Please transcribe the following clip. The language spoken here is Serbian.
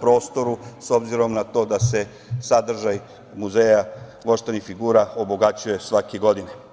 prostoru, s obzirom na to da se sadržaj Muzeja voštanih figura obogaćuje svake godine.